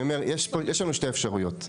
יש לנו שתי אפשרויות.